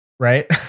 right